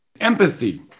Empathy